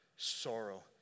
Sorrow